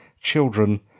children